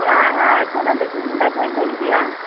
এই আহ আহ একো নাই বেছি চিন্তা কৰি নেথাকিবি আহ